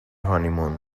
honeymoon